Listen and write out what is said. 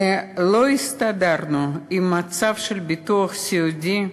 לא הסתדרנו עם המצב של הביטוח הסיעודי,